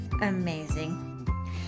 amazing